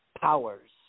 powers